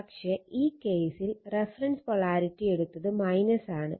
പക്ഷെ ഈ കേസിൽ റഫറൻസ് പോളാരിറ്റി എടുത്തത് മൈനസ് ആണ്